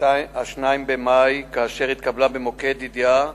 2 במאי, התקבלה במוקד ידיעה